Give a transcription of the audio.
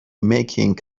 making